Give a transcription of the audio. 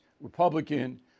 Republican